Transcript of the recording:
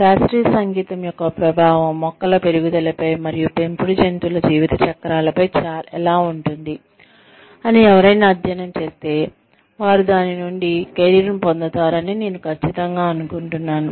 శాస్త్రీయ సంగీతం యొక్క ప్రభావం మొక్కల పెరుగుదలపై మరియు పెంపుడు జంతువుల జీవిత చక్రాలపై ఎలా ఉంటుంది అని ఎవరైనా అధ్యయనం చేస్తే వారు దాని నుండి కెరీర్ ను పొందుతారని నేను ఖచ్చితంగా అనుకుంటున్నాను